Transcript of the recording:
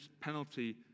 penalty